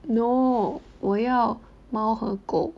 no 我要猫和狗